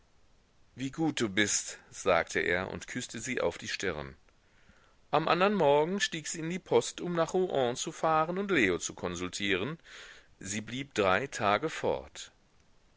wie gut du bist sagte er und küßte sie auf die stirn am andern morgen stieg sie in die post um nach rouen zu fahren und leo zu konsultieren sie blieb drei tage fort